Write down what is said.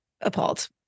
appalled